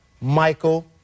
Michael